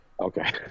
Okay